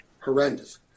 horrendous